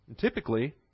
typically